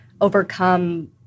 overcome